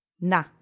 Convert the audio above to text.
NA